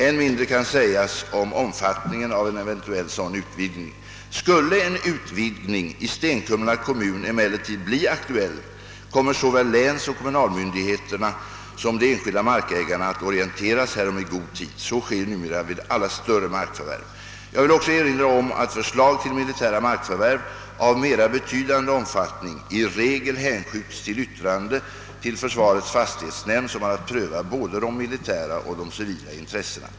Än mindre kan sägas om omfattningen av en eventuell sådan utvidgning. Skulle en utvidgning i Stenkumla kommun emellertid bli aktuell kommer såväl länsoch kommunalmyndigheterna som de enskilda markägarna att orienteras härom i god tid. Så sker numera vid alla större markförvärv. Jag vill också erinra om att förslag till militära markförvärv av mera betydande omfattning i regel hänskjuts för yttrande till försvarets fastighetsnämnd som har att pröva både de mili tära och de civila intressena.